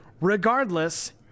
Regardless